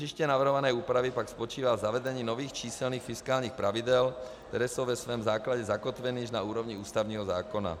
Těžiště navrhované úpravy pak spočívá v zavedení nových číselných fiskálních pravidel, která jsou ve svém základě zakotvena na úrovni ústavního zákona.